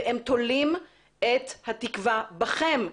והם תולים את התקווה בכם.